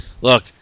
look